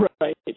Right